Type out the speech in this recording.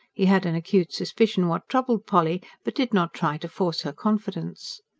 he had an acute suspicion what troubled polly but did not try to force her confidence.